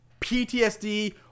PTSD